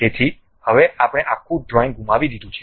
તેથી હવે આપણે આખું ડ્રોઈંગ ગુમાવી દીધું છે